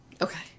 Okay